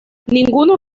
ninguno